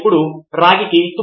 అక్కడ లేని సమాచారమును ఉంచుతారు